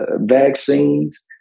vaccines